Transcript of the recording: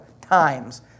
times